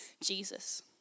Jesus